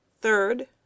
Third